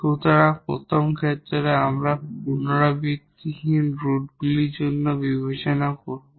সুতরাং প্রথম ক্ষেত্রে আমরা এখানে রিপিটেড নয় এমন রুটগুলির জন্য বিবেচনা করব